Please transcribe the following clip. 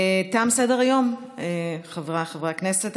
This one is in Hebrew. תם סדר-היום, חבריי חברי הכנסת.